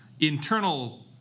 internal